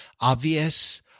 obvious